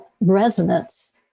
resonance